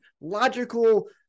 logical